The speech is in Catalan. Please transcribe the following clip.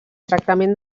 tractament